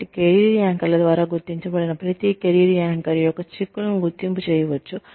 కాబట్టి కెరీర్ యాంకర్ల ద్వారా గుర్తించబడిన ప్రతి కెరీర్ యాంకర్ యొక్క చిక్కులను గుర్తింపు చేయవచ్చు